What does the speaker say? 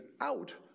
out